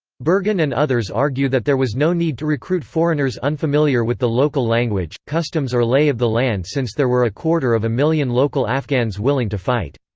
bergen and others argue that there was no need to recruit foreigners unfamiliar with the local language, customs or lay of the land since there were a quarter of a million local afghans willing to fight.